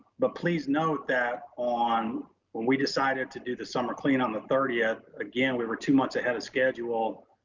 but please note that on when we decided to do the summer clean on the thirtieth, again, we were two months ahead of schedule,